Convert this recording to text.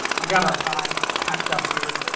i've got our pie packed up here.